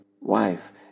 wife